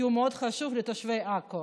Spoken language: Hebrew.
כי הוא מאוד חשוב לתושבי עכו.